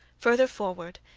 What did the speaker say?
further forward,